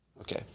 Okay